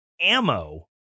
ammo